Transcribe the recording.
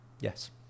Yes